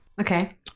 Okay